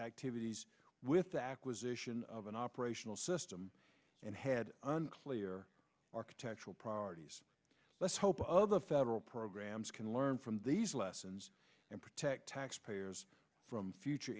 activities with the acquisition of an operational system and had unclear architectural priorities let's hope other federal programs can learn from these lessons and protect taxpayers from future